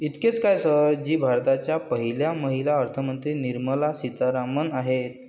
इतकेच काय, सर जी भारताच्या पहिल्या महिला अर्थमंत्री निर्मला सीतारामन आहेत